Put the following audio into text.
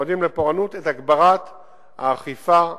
את הגברת האכיפה.